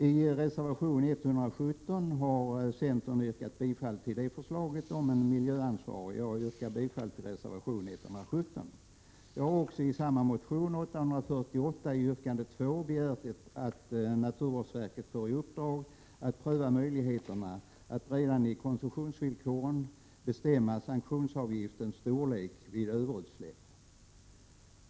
I reservation 117 har centern yrkat bifall till förslaget om en miljöansvarig. Jag yrkar bifall till reservation 117. Jag har också i samma motion — Jo848, yrkande 2 — begärt att naturvårdsverket får i uppdrag att pröva möjligheterna att redan i koncessionsvillkoren bestämma sanktionsavgiftens storlek vid överutsläpp.